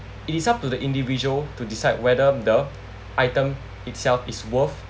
it is up to the individual to decide whether the item itself is worth